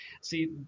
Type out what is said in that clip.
see